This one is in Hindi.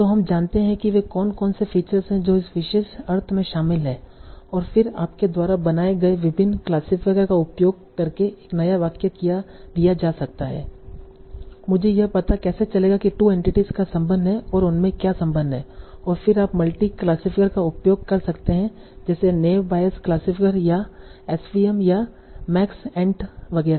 तो हम जानते हैं कि वे कौन कौन से फीचर्स हैं जो इस विशेष अर्थ में शामिल हैं और फिर आपके द्वारा बनाए गए विभिन्न क्लासिफायर का उपयोग करके एक नया वाक्य दिया जा सकता है मुझे यह पता कैसे चलेगा कि 2 एंटिटीस का संबंध है और उनमे क्या संबंध है और फिर आप मल्टी क्लासिफ़ायर का उपयोग कर सकते हैं जैसे नैव बायेस क्लासिफ़ायर या एसवीएम SVM या मैक्सेंट MaxEnt वगैरह